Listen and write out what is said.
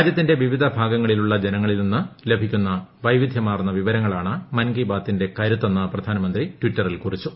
രാജ്യത്തിന്റെ വിവിധ ഭാഗങ്ങളിലുള്ള ജനങ്ങളിൽ നിന്നും ലഭിക്കുന്ന വൈവിധ്യമാർന്ന വിവരങ്ങളാണ് മൻ കി ബാത്തിന്റെ കരുത്തെന്ന് പ്രധാനമന്ത്രി ടിറ്ററിൽ കുറിച്ചു